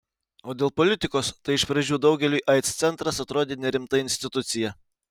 o dėl politikos tai iš pradžių daugeliui aids centras atrodė nerimta institucija